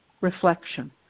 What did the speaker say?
reflection